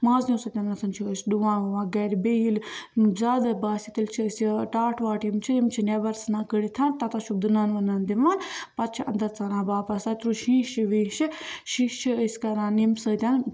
مازنہِ سۭتۍ چھِ أسۍ ڈُوان وُوان گھرِ بیٚیہِ ییٚلہِ اۭں زیادٔے باسہِ تیٚلہِ چھِ أسۍ یہِ ٹاٹھ واٹھ یِم چھِ یِم چھِ نیٚبر ژھٕنان کٔڑِتھ تَتیٚس چھِکھ دٕنَن وٕنَن دِوان پَتہٕ چھِ اَنٛدَر ژَانان واپَس پتہِ روٗد شیٖشہٕ ویٖشہِ شیٖشہِ چھِ أسۍ کَران ییٚمہِ سۭتۍ